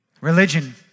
religion